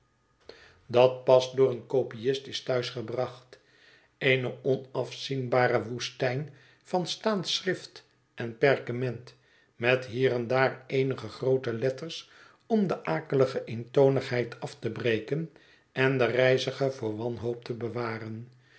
dat pas door een kopiist is thuis gebracht eene onafzienbare woestijn van staand schrift en perkement met hier en daar eenige groote letters om de akelige eentonigheid af te breken en den reiziger voor wanhoop te bewaren